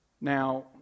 Now